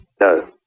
No